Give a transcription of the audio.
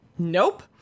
Nope